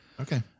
Okay